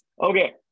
okay